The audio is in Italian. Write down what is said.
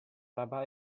araba